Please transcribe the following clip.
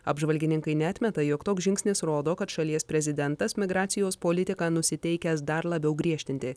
apžvalgininkai neatmeta jog toks žingsnis rodo kad šalies prezidentas migracijos politiką nusiteikęs dar labiau griežtinti